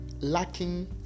lacking